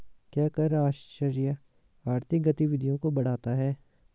क्या कर आश्रय आर्थिक गतिविधियों को बढ़ाता है?